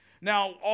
Now